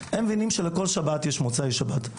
הם מבינים שלכל שבת יש מוצאי שבת.